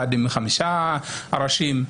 אחד עם חמישה ראשים.